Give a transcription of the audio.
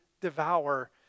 devour